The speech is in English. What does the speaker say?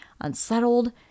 unsettled